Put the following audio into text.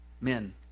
men